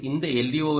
எனவே இந்த எல்